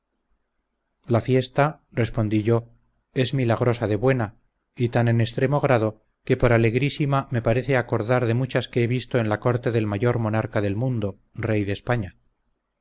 la fiesta respondí yo es milagrosa de buena y tan en extremo grado que por alegrísima me hace acordar de muchas que he visto en la corte del mayor monarca del mundo rey de españa